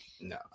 No